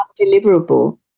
undeliverable